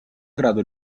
grado